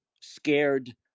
scared